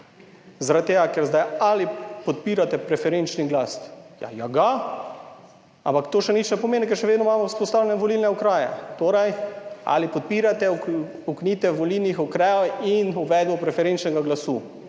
zdaj, ali podpirate preferenčni glas? Ja, ja, ga ampak to še nič ne pomeni, ker še vedno imamo vzpostavljene volilne okraje. Torej, ali podpirate ukinitev volilnih okrajev in uvedbo preferenčnega glasu?